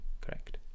Correct